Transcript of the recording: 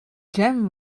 gem